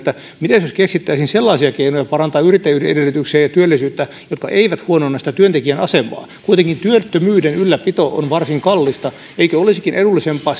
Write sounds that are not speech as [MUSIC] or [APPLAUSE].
mitäs jos keksittäisiin sellaisia keinoja parantaa yrittäjyyden edellytyksiä ja työllisyyttä jotka eivät huononna sitä työntekijän asemaa kuitenkin työttömyyden ylläpito on varsin kallista eikö olisikin edullisempaa [UNINTELLIGIBLE]